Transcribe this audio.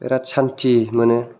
बेराथ सान्थि मोनो